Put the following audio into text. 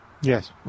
Yes